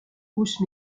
pousse